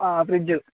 fridge